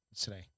Today